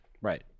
Right